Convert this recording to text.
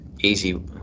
easy